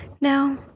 No